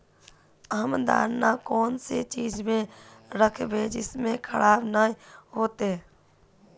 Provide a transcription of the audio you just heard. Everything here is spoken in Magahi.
हम दाना कौन चीज में राखबे जिससे खराब नय होते?